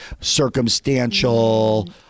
circumstantial